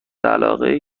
علاقهای